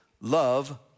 Love